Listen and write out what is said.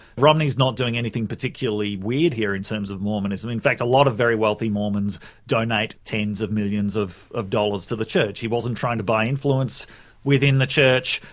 romney's not doing anything particularly weird here in terms of mormonism. in fact a lot of very wealthy mormons donate tens of millions of of dollars to the church. he wasn't trying to buy influence within the church.